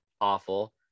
awful